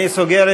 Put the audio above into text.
אני סוגר,